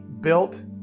built